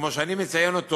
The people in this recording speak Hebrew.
כמו שאני מציין אותו